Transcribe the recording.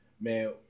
Man